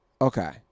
okay